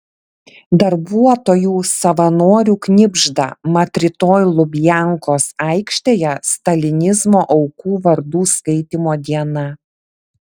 darbuotojų savanorių knibžda mat rytoj lubiankos aikštėje stalinizmo aukų vardų skaitymo diena